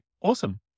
Awesome